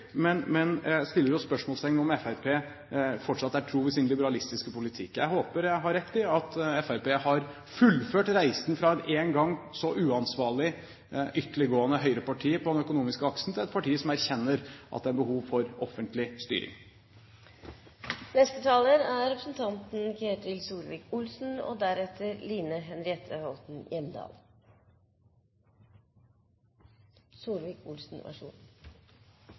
men jeg stiller spørsmål ved om Fremskrittspartiet fortsatt er sin liberalistiske politikk tro. Jeg håper jeg har rett i at Fremskrittspartiet har fullført reisen fra et en gang så uansvarlig ytterliggående høyreparti på den økonomiske aksen, til et parti som erkjenner at det er behov for offentlig styring. Det er underholdende å høre på representanten